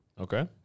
Okay